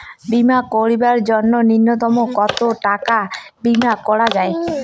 বীমা করিবার জন্য নূন্যতম কতো টাকার বীমা করা যায়?